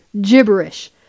gibberish